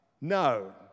No